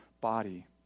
body